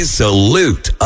salute